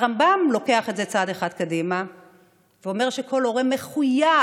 הרמב"ם לוקח את זה צעד אחד קדימה ואומר שכל הורה מחויב